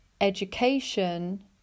education